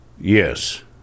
Yes